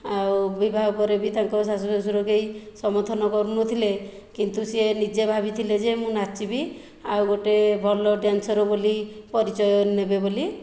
ଆଉ ବିବାହ ପରେ ବି ତାଙ୍କ ଶାଶୁ ଶ୍ଵଶୁର କେହି ସମର୍ଥନ କରୁନଥିଲେ କିନ୍ତୁ ସେ ନିଜେ ଭାବିଥିଲେ ଯେ ମୁଁ ନାଚିବି ଆଉ ଗୋଟିଏ ଭଲ ଡ୍ୟାନ୍ସର ବୋଲି ପରିଚୟ ନେବେ ବୋଲି